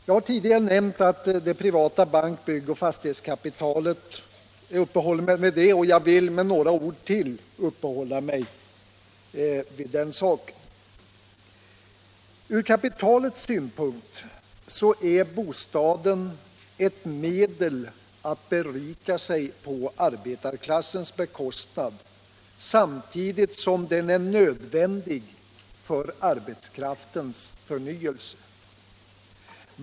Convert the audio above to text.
Jag har tidigare nämnt det privata bank-, byggoch fastighetskapitalet, och jag vill med några ord till uppehålla mig vid den saken. Ur kapitalets synpunkt är bostaden ett medel att berika sig på arbetarklassens bekostnad samtidigt som den är nödvändig för arbetskraftens förnyelse.